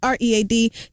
READ